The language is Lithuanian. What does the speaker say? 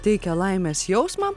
teikia laimės jausmą